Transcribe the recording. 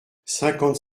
cinquante